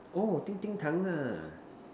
oh 叮叮糖 ah